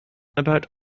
about